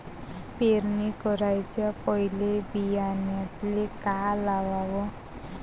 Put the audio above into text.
पेरणी कराच्या पयले बियान्याले का लावाव?